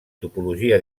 topologia